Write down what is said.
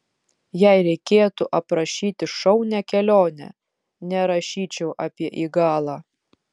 jei reikėtų aprašyti šaunią kelionę nerašyčiau apie igalą